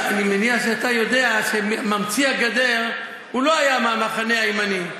אני מניח שאתה יודע שממציא הגדר לא היה מהמחנה הימין.